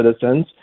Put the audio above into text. citizens